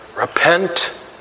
Repent